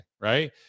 right